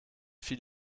fiel